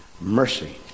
mercy